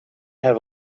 have